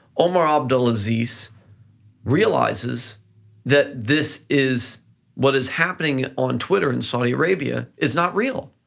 omar abdulaziz realizes that this is what is happening on twitter in saudi arabia, is not real.